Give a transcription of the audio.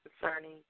concerning